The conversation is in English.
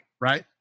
right